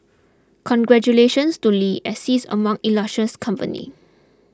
congratulations to Lee as sees among illustrious company